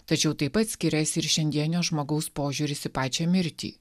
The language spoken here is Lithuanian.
tačiau taip pat skiriasi ir šiandienio žmogaus požiūris į pačią mirtį